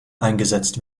eingesetzt